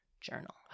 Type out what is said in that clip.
journal